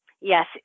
yes